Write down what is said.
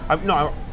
No